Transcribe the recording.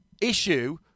issue